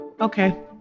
Okay